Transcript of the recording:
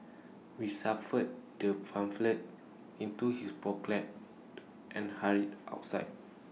we suffer the pamphlet into his pocket and hurried outside